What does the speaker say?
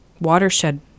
watershed